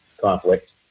conflict